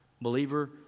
Believer